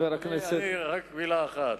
רק מלה אחת.